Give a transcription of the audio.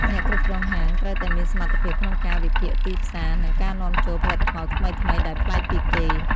អ្នកគ្រប់គ្រងហាងត្រូវតែមានសមត្ថភាពក្នុងការវិភាគទីផ្សារ និងការនាំចូលផលិតផលថ្មីៗដែលប្លែកពីគេ។